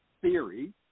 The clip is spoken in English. theory